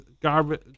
garbage